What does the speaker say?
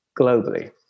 globally